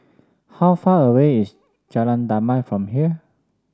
how far away is Jalan Damai from here